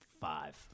five